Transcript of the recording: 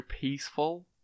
peaceful